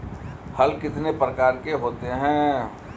हल कितने प्रकार के होते हैं?